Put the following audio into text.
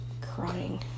crying